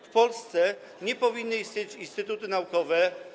W Polsce nie powinny istnieć instytuty naukowe.